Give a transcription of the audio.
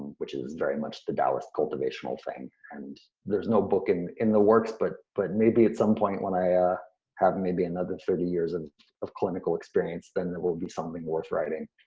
which is very much the daoist cultivational thing. and there is no book in in the works, but but maybe at some point when i have maybe another thirty years and of clinical experience then it will be something worth writing,